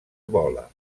vola